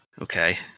okay